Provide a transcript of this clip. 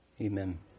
Amen